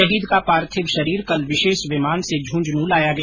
शहीद का पार्थिव शरीर कल विशेष विमान से झुंझुनूं लाया गया